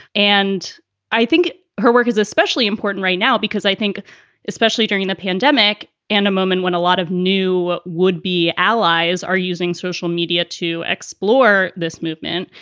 and i think her work is especially important right now because i think especially during the pandemic and a moment when a lot of new would be allies are using social media to explore this movement.